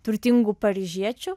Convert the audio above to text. turtingų paryžiečių